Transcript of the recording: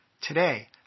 Today